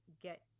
get